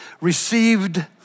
received